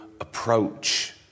approach